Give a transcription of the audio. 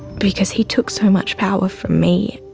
because he took so much power from me,